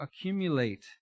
accumulate